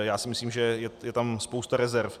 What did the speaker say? Já si myslím, že je tam spousta rezerv.